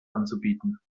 anzubieten